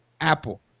Apple